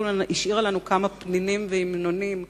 והשאירה לנו כמה פנינים והמנונים,